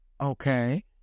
Okay